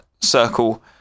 Circle